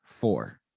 Four